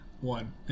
One